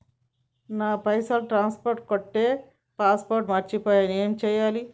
నా పైసల్ ట్రాన్స్ఫర్ కొట్టే పాస్వర్డ్ మర్చిపోయిన ఏం చేయాలి?